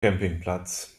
campingplatz